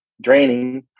draining